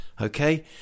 Okay